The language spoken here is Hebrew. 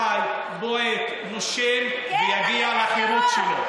הוא עם קיים, חי, בועט, נושם, ויגיע לחירות שלו.